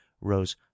rose